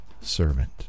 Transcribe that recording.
servant